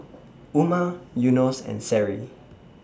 Umar Yunos and Seri